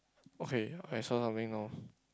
okay I saw something now